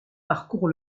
parcourt